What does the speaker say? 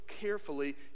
carefully